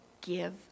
give